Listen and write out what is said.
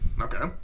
okay